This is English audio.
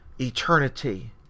eternity